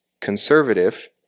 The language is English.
conservative